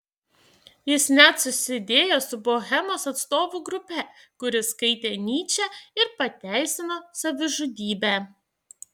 jis net susidėjo su bohemos atstovų grupe kuri skaitė nyčę ir pateisino savižudybę